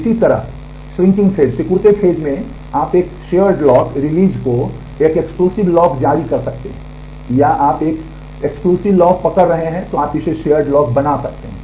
इसी तरह सिकुड़ते फेज में आप एक साझा लॉक रिलीज़ को एक एक्सक्लूसिव लॉक जारी कर सकते हैं या आप एक विशेष लॉक पकड़ रहे हैं आप इसे साझा लॉक बना सकते हैं